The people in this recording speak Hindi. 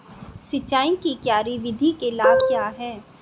सिंचाई की क्यारी विधि के लाभ क्या हैं?